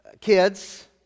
kids